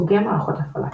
סוגי מערכות הפעלה